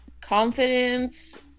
Confidence